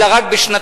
אלא רק בשנתיים.